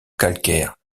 calcaire